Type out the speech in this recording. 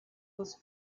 was